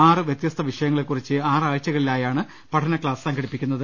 ആറ് വ്യത്യസ്ത വിഷ യങ്ങളെക്കുറിച്ച് ആറാഴ്ചകളിലായാണ് പഠന ക്ലാസ് സംഘടിപ്പിക്കുന്നത്